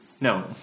No